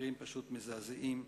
מקרים פשוט מזעזעים.